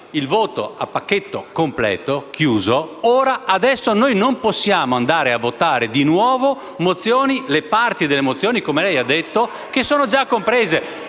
il voto a "pacchetto completo", adesso noi non possiamo andare a votare di nuovo le parti delle mozioni, come lei ha detto, che sono già comprese.